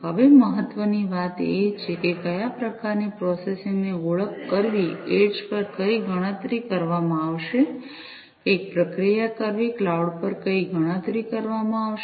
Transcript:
હવે મહત્વની વાત એ છે કે કયા પ્રકારની પ્રોસેસિંગની ઓળખ કરવી એડ્જ પર કઈ ગણતરી કરવામાં આવશે કઈ પ્રક્રિયા કરવી ક્લાઉડ પર કઈ ગણતરી કરવામાં આવશે